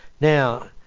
Now